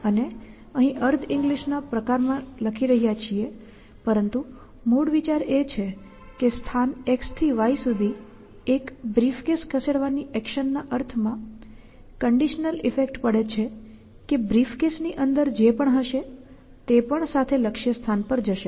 અને અહીં અર્ધ ઇંગલિશના પ્રકારમાં લખી રહ્યા છીએ પરંતુ મૂળ વિચાર એ છે કે સ્થાન X થી Y સુધી એક બ્રીફકેસ ખસેડવાની એક્શનના અર્થમાં કંડિશનલ ઈફેક્ટ પડે છે કે બ્રીફકેસની અંદર જે પણ હશે તે પણ સાથે લક્ષ્ય સ્થાન પર જશે